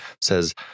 says